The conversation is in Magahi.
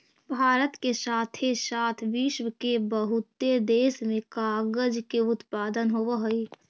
भारत के साथे साथ विश्व के बहुते देश में कागज के उत्पादन होवऽ हई